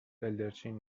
بلدرچین